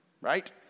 right